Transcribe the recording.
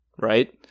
right